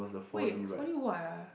wait if only what ah